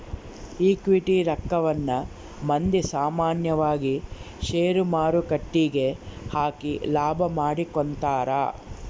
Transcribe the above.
equity ರಕ್ಕವನ್ನ ಮಂದಿ ಸಾಮಾನ್ಯವಾಗಿ ಷೇರುಮಾರುಕಟ್ಟೆಗ ಹಾಕಿ ಲಾಭ ಮಾಡಿಕೊಂತರ